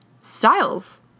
Styles